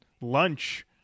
lunch